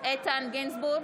איתן גינזבורג,